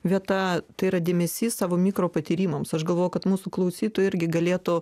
vieta tai yra dėmesys savo mikropatyrimams aš galvoju kad mūsų klausytojai irgi galėtų